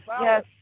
yes